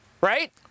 right